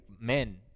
men